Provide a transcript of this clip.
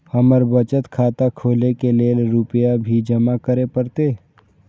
हमर बचत खाता खोले के लेल रूपया भी जमा करे परते?